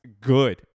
good